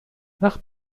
nach